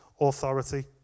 authority